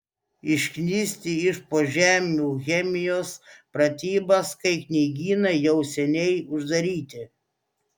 išknisti iš po žemių chemijos pratybas kai knygynai jau seniai uždaryti